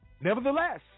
Nevertheless